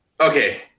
okay